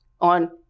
on